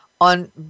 on